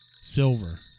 silver